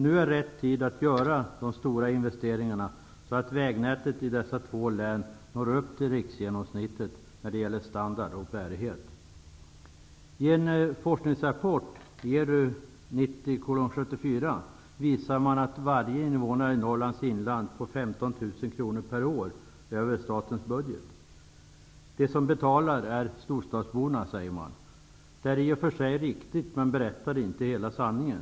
Nu är det rätt tid att göra stora investeringar, så att vägnätet i dessa två län når upp till riksgenomsnittet när det gäller standard och bärighet. I en forskningsrapport visas att varje invånare i Norrlands inland får 15 000 kr per år över statens budget. De som betalar är storstadsborna, sägs det. Det är i och för sig riktigt men berättar inte hela sanningen.